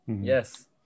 yes